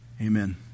Amen